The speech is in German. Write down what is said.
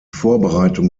vorbereitung